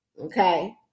okay